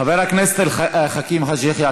חבר הכנסת חכים חאג' יחיא,